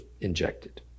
injected